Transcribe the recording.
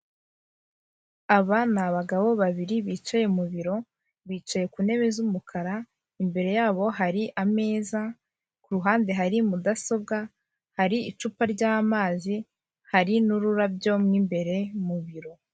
Aba ni abagabo babiri bicaye mu biro, bicaye ku ntebe z'umukara imbere yabo hari ameza, ku ruhande hari mudasobwa, hari icupa ry'amazi, hari n'ururabyo mu imbere mu biro.